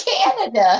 Canada